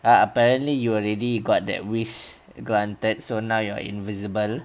uh apparently you already got that wish granted so now you're invisible